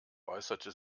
äußerte